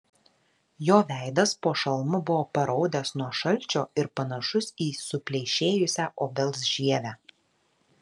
jo veidas po šalmu buvo paraudęs nuo šalčio ir panašus į supleišėjusią obels žievę